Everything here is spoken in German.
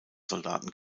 soldaten